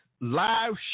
live